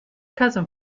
cousin